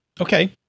okay